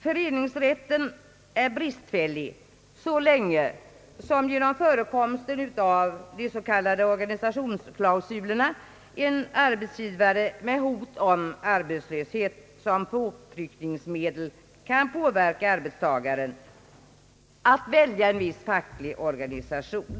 Föreningsrätten är bristfällig så länge som genom förekomsten av de s.k. organisationsklausulerna en arbetsgivare med hot om arbetslöshet som påtryckningsmedel kan påverka arbetstagaren att välja en viss facklig organisation.